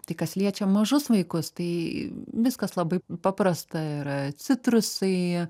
tai kas liečia mažus vaikus tai viskas labai paprasta yra citrusai